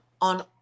on